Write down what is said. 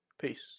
peace